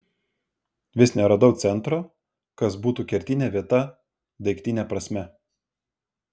vis neradau centro kas būtų kertinė vieta daiktine prasme